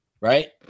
Right